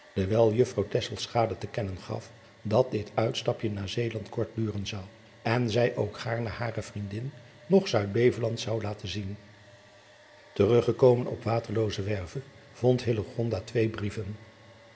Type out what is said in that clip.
dewijl uffrouw te kennen gaf dat dit uitstapje naar eeland kort duren zou en zij ook gaarne hare vriendin nog uidbeveland zou laten zien erug gekomen op aterloozewerve vond twee brieven